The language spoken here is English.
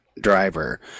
driver